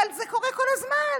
אבל זה קורה כל הזמן.